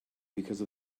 because